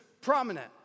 prominent